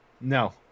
No